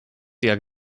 jak